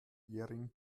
jährigen